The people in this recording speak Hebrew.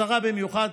אזהרה במיוחד,